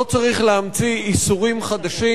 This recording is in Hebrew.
לא צריך להמציא איסורים חדשים,